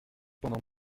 pendant